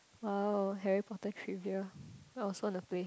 !wow! Harry-Potter trivia I also wanna play